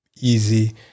easy